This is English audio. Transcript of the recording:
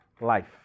life